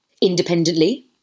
independently